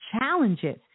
challenges